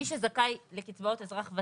אנחנו מדברים בעצם על מי שזכאי לקצבאות אזרח ותיק,